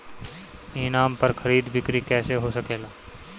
ई नाम पर खरीद बिक्री कैसे हो सकेला?